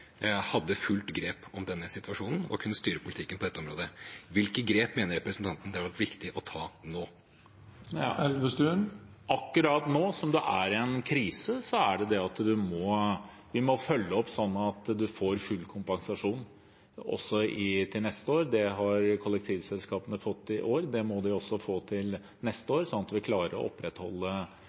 hadde fullt grep om denne situasjonen og kunne styre politikken på dette området, hvilke grep mener representanten det hadde vært viktig å ta nå? Akkurat nå som det er en krise, er det at vi må følge opp sånn at man får full kompensasjon også til neste år. Det har kollektivselskapene fått i år. Det må de også få til neste år sånn at vi klarer å opprettholde